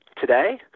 Today